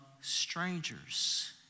strangers